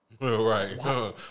right